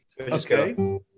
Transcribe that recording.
Okay